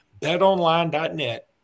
Betonline.net